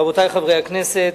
רבותי חברי הכנסת,